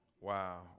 Wow